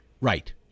Right